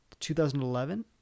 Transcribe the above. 2011